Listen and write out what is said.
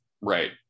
Right